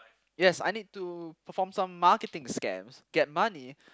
yes I need to perform some marketing scams get money